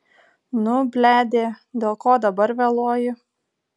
nu bledė dėl ko dabar vėluoji